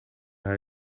hij